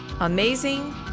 amazing